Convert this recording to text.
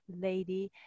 lady